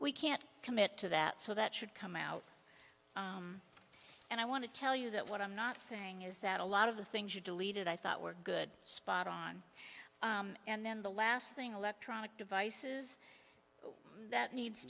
we can't commit to that so that should come out and i want to tell you that what i'm not saying is that a lot of the things you deleted i thought were good spot on and then the last thing electronic devices that needs